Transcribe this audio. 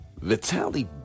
Vitaly